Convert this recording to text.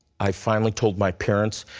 i finally told my parents.